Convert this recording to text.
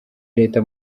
leta